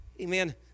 amen